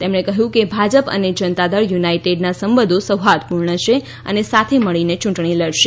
તેમણે કહ્યું કે ભાજપ અને જનતાદળ યુનાઈટેડ ના સંબંધો સૌહાર્દપૂર્ણ છે અને સાથે મળીને યૂંટણી લડાશે